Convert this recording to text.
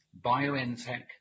BioNTech